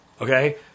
okay